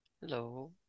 Hello